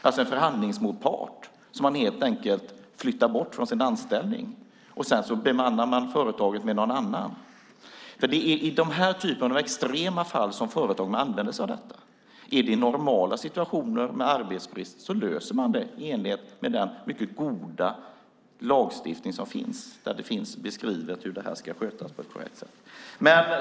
Man flyttar helt enkelt bort en förhandlingsmotpart från sin anställning och bemannar sedan företaget med någon annan. Det är i den här typen av extrema fall som företag använder sig av detta. Är det normala situationer med arbetsbrist löser man det i enlighet med den mycket goda lagstiftning som finns och som beskriver hur detta ska skötas på ett korrekt sätt.